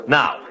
now